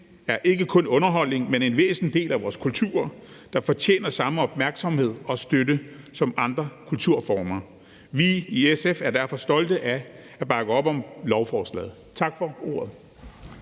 ikke kun er underholdning, men en væsentlig del af vores kultur, der fortjener samme opmærksomhed og støtte som andre kulturformer. Vi i SF er derfor stolte af at bakke op om lovforslaget. Tak for ordet.